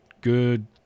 good